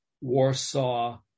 Warsaw